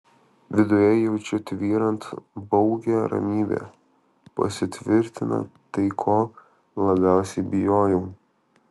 viduje jaučiu tvyrant baugią ramybę pasitvirtina tai ko labiausiai bijojau